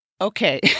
Okay